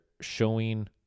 showing